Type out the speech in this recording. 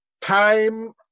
time